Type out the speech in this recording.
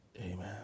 Amen